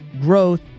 growth